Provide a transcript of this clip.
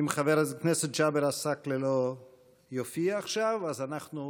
אם חבר הכנסת ג'אבר עסאקלה לא יופיע עכשיו אז אנחנו,